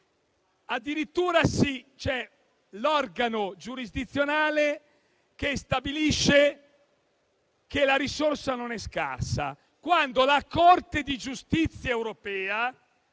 addirittura c'è l'organo giurisdizionale che stabilisce che la risorsa non è scarsa, quando la Corte di giustizia europea,